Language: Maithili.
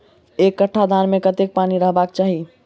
एक कट्ठा धान मे कत्ते पानि रहबाक चाहि?